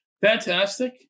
Fantastic